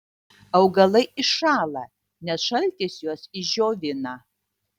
augalai iššąla nes šaltis juos išdžiovina